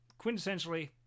quintessentially